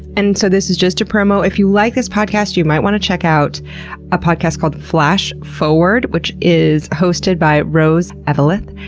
and so this is just a promo, if you like this podcast you might want to check out a podcast called flash forward, which is hosted by rose eveleth,